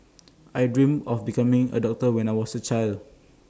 I dreamt of becoming A doctor when I was A child